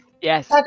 Yes